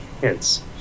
hints